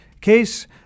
case